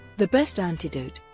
the best antidote.